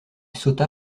sauta